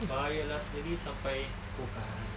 bayar lah sendiri sampai pokai